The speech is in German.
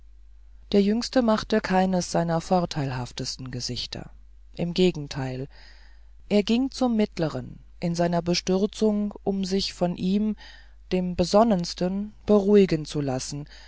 der jüngste machte keines seiner vorteilhaftesten gesichter im gegenteil er ging zum mittleren in seiner bestürzung um sich von ihm dem besonnensten beruhigen zu lassen